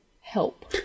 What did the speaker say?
help